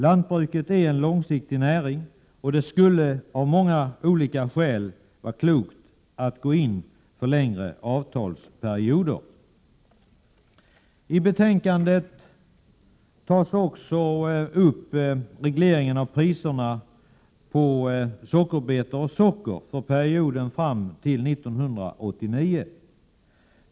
Lantbruket är en långsiktig näring, och det skulle av många olika skäl vara klokt att gå in för längre avtalsperioder. I betänkandet behandlas också regleringen av priserna på sockerbetor och socker under perioden fram till år 1989.